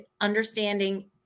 understanding